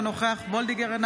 אינו נוכח מיכל מרים וולדיגר,